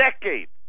decades